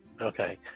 Okay